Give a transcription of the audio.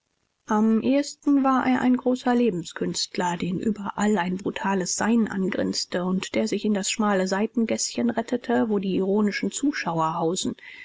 am ehesten war er ein großer lebenskünstler den überall ein brutales sein angrinste und der sich in das schmale seitengäßchen rettete wo die ironischen zuschauer hausen